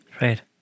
Right